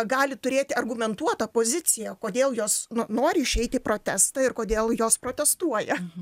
gali turėti argumentuotą poziciją kodėl jos nori išeiti į protestą ir kodėl jos protestuoja